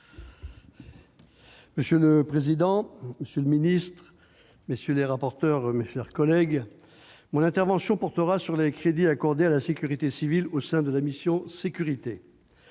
Monsieur le président, monsieur le ministre, mes chers collègues, mon intervention portera sur les crédits accordés à la sécurité civile au sein de la mission « Sécurités